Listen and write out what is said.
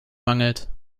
mangelt